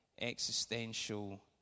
existential